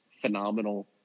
phenomenal